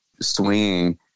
swinging